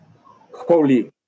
holy